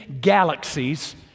galaxies